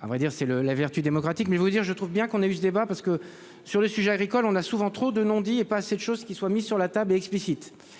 À vrai dire c'est le la vertu démocratique mais vous dire je trouve bien qu'on a eu ce débat parce que sur le sujet agricole. On a souvent trop de non-dits et pas assez de choses qui soient mises sur la table et explicite